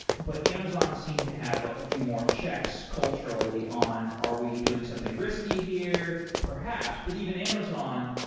but amazon seems to have a few more checks culturally on, are we doing something risky here? perhaps, but even amazon,